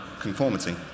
conformity